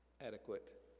adequate